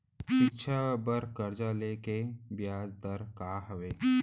शिक्षा बर कर्जा ले के बियाज दर का हवे?